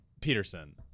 Peterson